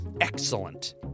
Excellent